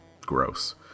gross